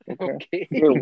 okay